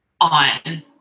on